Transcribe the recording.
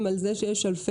כי החברות האלו,